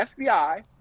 FBI